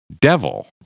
devil